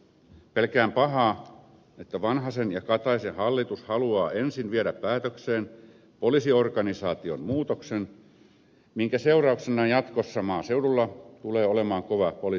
pelkään pahaa että vanhasen ja kataisen hallitus haluaa ensin viedä päätökseen poliisiorganisaation muutoksen minkä seurauksena jatkossa maaseudulla tulee olemaan kova poliisipula